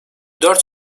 dört